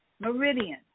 Meridian